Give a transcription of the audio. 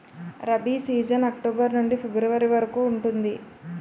rabi season October నుండి February వరకు ఉంటుంది